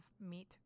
meat